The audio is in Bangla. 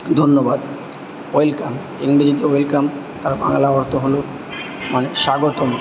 ধন্যবাদ ওয়েলকাম ইংরেজিতে ওয়েলকাম তার বাংলা অর্থ হল মানে স্বাগতম